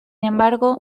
embargo